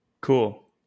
Cool